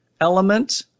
element